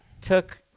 took